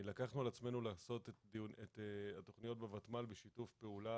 לקחנו על עצמנו לעשות את התכניות בותמ"ל בשיתוף פעולה,